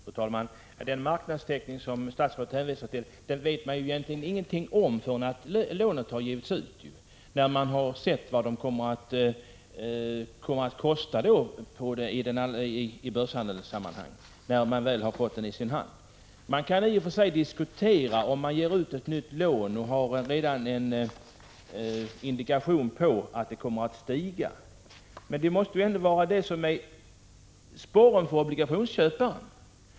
Fru talman! Den marknadskurs som statsrådet hänvisar till vet man egentligen ingenting om förrän lånet har givits ut och man sett vad obligationerna kommer att kosta i börshandeln. När ett nytt lån har givits ut kan man i och för sig ha en indikation på att det kommer att stiga i värde, men det måste ändå vara det som är sporren för obligationsköpare.